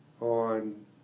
on